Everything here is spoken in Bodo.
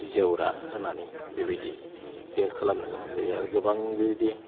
जेवरा होनानै बेबायदि जों खालामनो गोनां जायो आरो गोबां बेबायदि